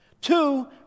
two